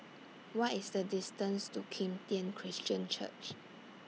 What IS The distance to Kim Tian Christian Church